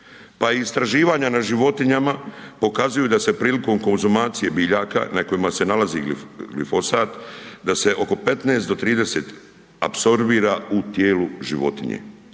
Pa istraživanja na životinjama pokazuju da se prilikom konzumacije biljaka na kojima se nalazi glifosat, da se oko 15 do 30 apsorbira u tijelu životinje.